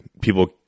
people